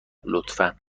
لطفا